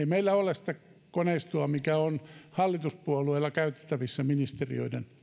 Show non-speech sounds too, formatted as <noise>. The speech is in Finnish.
<unintelligible> meillä ole sitä koneistoa mikä hallituspuolueilla on käytettävissä ministeriöiden